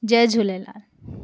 Jay Jhulelal